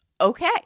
okay